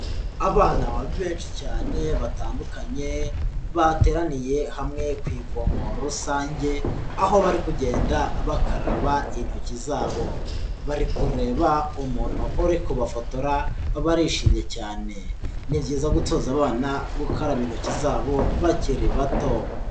Abana benshi cyane batandukanye bateraniye hamwe ku ivomo rusange aho bari kugenda bakaraba intoki zabo, bari kureba umuntu uri kubafotora barishimye cyane, ni byiza gutoza abana gukaraba intoki zabo bakiri bato.